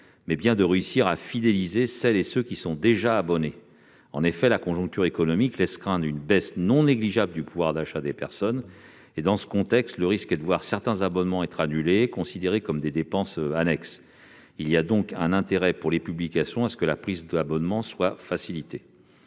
mais de réussir à fidéliser ceux qui sont déjà abonnés. La conjoncture économique laisse craindre une baisse non négligeable du pouvoir d'achat. Le risque, dans ce contexte, est de voir certains abonnements annulés, considérés comme des dépenses annexes. Il y a donc un intérêt pour les publications à ce que la souscription d'abonnements soit facilitée.